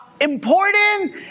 important